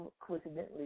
coincidentally